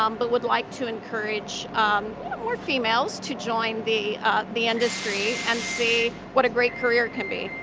um but would like to encourage more females to join the the industry, and see what a great career it can be.